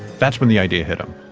that's when the idea hit him.